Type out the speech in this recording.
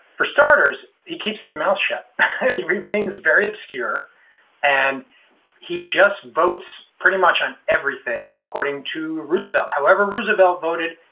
for starters, he keeps his mouth shut. he remains very obscure and he just votes pretty much on everything according to roosevelt. however roosevelt voted,